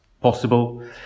possible